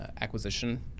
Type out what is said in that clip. acquisition